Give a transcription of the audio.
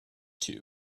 two